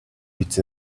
it’s